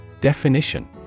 Definition